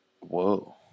Whoa